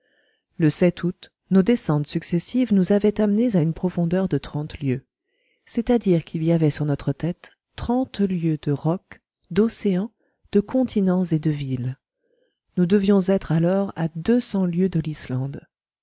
le août nos descentes successives nous avaient amenés à une profondeur de trente lieues c'est-à-dire qu'il y avait sur notre tête trente lieues de rocs d'océan de continents et de villes nous devions être alors à deux cents lieues de l'islande